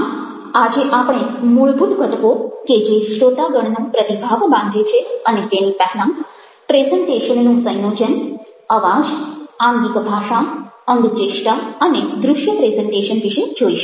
આમ આજે આપણે મૂળભૂત ઘટકો કે જે શ્રોતાગણનો પ્રતિભાવ બાંધે છે અને તેની પહેલાં પ્રેઝન્ટેશનનું સંયોજન અવાજ આંગિક ભાષા અંગચેષ્ટા અને દ્રશ્ય પ્રેઝન્ટેશન વિશે જોઈશું